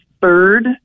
third